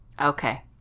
Okay